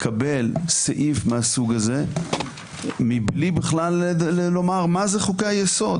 לקבל סעיף מהסוג הזה מבלי לומר מה זה חוקי היסוד.